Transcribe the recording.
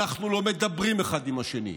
אנחנו לא מדברים אחד עם השני,